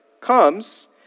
comes